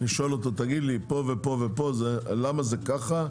לשאול אותו: תגיד לי, פה ופה ופה, למה זה ככה?